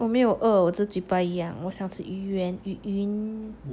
我没有饿我嘴巴痒我想吃鱼圆鱼圆